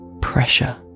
pressure